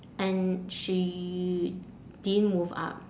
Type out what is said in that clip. and she didn't move up